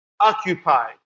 occupied